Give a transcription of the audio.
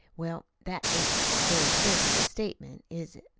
well, that ain't a very sensitive statement, is it?